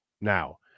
Now